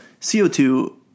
CO2